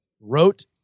wrote